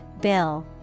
bill